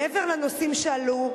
מעבר לנושאים שעלו,